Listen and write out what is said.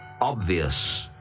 obvious